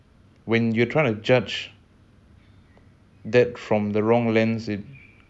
still within us I mean we still have the reptilian like brain parts you know